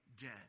dead